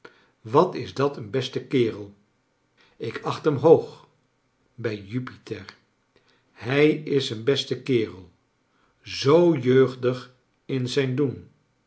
wat is dat een beste kerell ik acht hem hoog bij jupiter hij is een beste kerei zoo jeugdig in z ij n doen